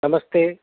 नमस्ते